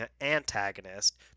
antagonist